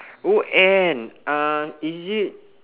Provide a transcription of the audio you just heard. oh N uh is it